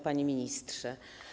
Panie Ministrze!